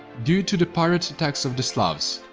due to the pirate attacks of the slavs,